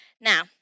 Now